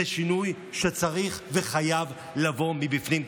זה שינוי שצריך וחייב לבוא מבפנים.